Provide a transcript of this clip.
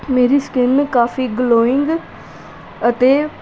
ਮੇਰੀ ਸਕਿਨ ਕਾਫੀ ਗਲੋਇੰਗ ਅਤੇ